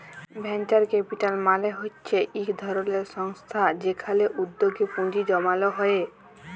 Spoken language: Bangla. ভেঞ্চার ক্যাপিটাল মালে হচ্যে ইক ধরলের সংস্থা যেখালে উদ্যগে পুঁজি জমাল হ্যয়ে